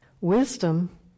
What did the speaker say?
Wisdom